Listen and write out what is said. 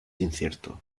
incierto